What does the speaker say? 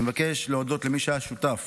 אני מבקש להודות למי שהיה שותף